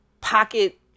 pocket